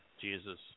Jesus